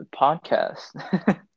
Podcast